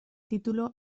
título